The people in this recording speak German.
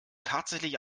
tatsächlich